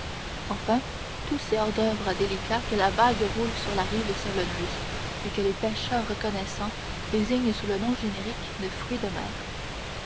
enfin tous ces hors-d'oeuvre délicats que la vague roule sur sa rive sablonneuse et que les pêcheurs reconnaissants désignent sous le nom générique de fruits de mer